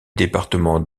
département